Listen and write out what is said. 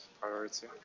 priority